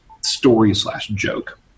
story-slash-joke